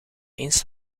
eens